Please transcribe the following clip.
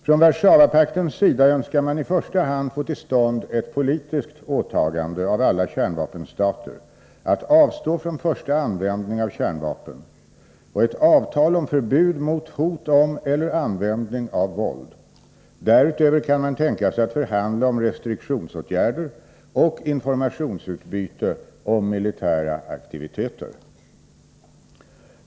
Från Warszawapaktens sida önskar man i första hand få till stånd ett politiskt åtagande av alla kärnvapenstater att avstå från första-användning av kärnvapen, och ett avtal om förbud mot hot om eller användning av våld. Därutöver kan man tänka sig att förhandla om restriktionsåtgärder och informationsutbyte om militära aktiviteter.